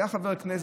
היה חבר כנסת,